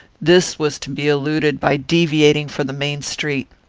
this was to be eluded by deviating from the main street.